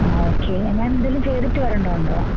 okay ഞാൻ എന്തെങ്കിലും ചെയ്തിട്ട് വരേണ്ടതുണ്ടോ